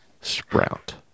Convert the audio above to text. sprout